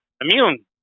immune